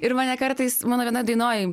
ir mane kartais mano vienoj dainoj